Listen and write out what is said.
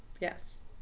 yes